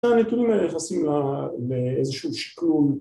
‫זה נתון ליחסים לאיזשהו שיקלול.